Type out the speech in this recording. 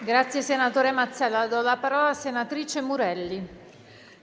Ne ha facoltà. MURELLI *(LSP-PSd'Az)*.